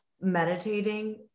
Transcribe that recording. meditating